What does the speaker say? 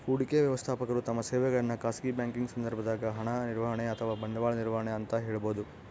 ಹೂಡಿಕೆ ವ್ಯವಸ್ಥಾಪಕರು ತಮ್ಮ ಸೇವೆಗಳನ್ನು ಖಾಸಗಿ ಬ್ಯಾಂಕಿಂಗ್ ಸಂದರ್ಭದಾಗ ಹಣ ನಿರ್ವಹಣೆ ಅಥವಾ ಬಂಡವಾಳ ನಿರ್ವಹಣೆ ಅಂತ ಹೇಳಬೋದು